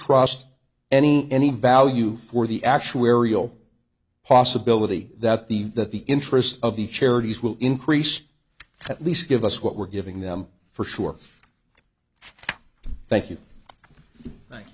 trust any any value for the actuarial possibility that the that the interest of the charities will increase at least give us what we're giving them for sure thank you